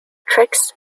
tricks